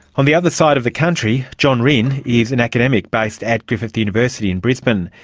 on the other side of the country, john rynne is an academic based at griffith university in brisbane.